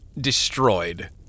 destroyed